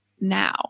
now